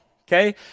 okay